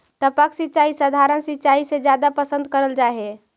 टपक सिंचाई सधारण सिंचाई से जादा पसंद करल जा हे